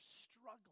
struggling